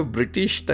British